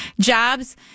jobs